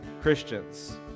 Christians